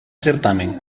certamen